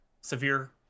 severe